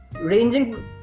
ranging